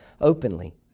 openly